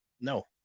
No